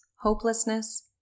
hopelessness